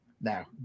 now